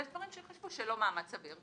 ויש דברים שייחשבו שלא מאמץ סביר,